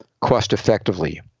cost-effectively